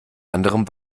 anderem